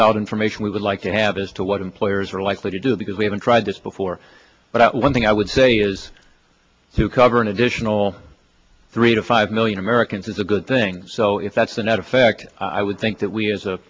solid information we would like to have as to what employers are likely to do because we haven't tried this before but one thing i would say is to cover an additional three to five million americans is a good thing so if that's the net effect i would think that we as a